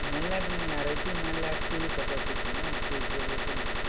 main light नहीं आ रही थी मेन लाइट की ही कटौती थी ना तो इस वजह से नहीं किया